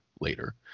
later